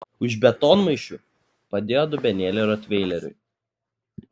už betonmaišių padėjo dubenėlį rotveileriui